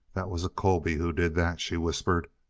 that was a colby who did that! she whispered.